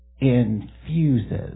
infuses